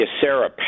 Sarah